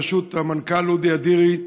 בראשות אודי אדירי,